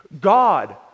God